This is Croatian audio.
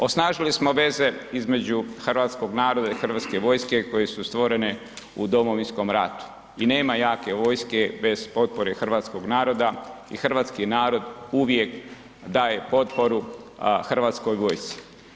Osnažili smo veze između hrvatskog naroda i hrvatske vojske koje su stvorene u Domovinskom ratu i nema jake vojske bez potpore hrvatskog naroda i hrvatski narod uvijek daje potporu hrvatskoj vojsci.